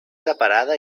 separada